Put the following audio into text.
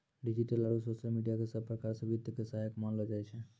digital आरू social media क सब प्रकार स वित्त के सहायक मानलो जाय छै